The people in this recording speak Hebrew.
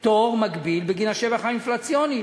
פטור מקביל בגין השבח האינפלציוני.